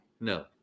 No